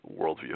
worldview